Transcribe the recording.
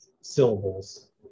syllables